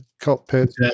cockpit